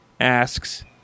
asks